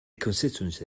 constituency